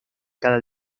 cada